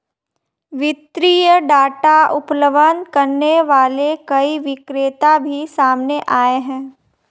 वित्तीय डाटा उपलब्ध करने वाले कई विक्रेता भी सामने आए हैं